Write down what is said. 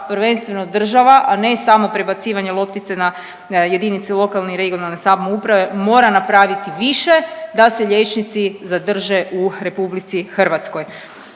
prvenstveno država a ne samo prebacivanje loptice na jedinice lokalne i regionalne samouprave mora napraviti više da se liječnici zadrže u Republici Hrvatskoj.